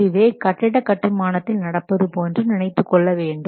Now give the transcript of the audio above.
இதுவே கட்டிட கட்டுமானத்தில் நடப்பது போன்று நினைத்துக் கொள்ள வேண்டும்